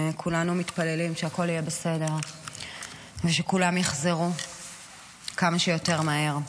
כולנו מתפללים שהכול יהיה בסדר ושכולם יחזרו כמה שיותר מהר.